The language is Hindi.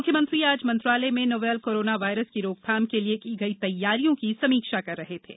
मुख्यमंत्री आज मंत्रालय में नोवल कोरोना वायरस की रोकथाम के लिए की गई तैयारियों की समीक्षा कर रहे थे